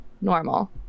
normal